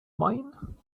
mine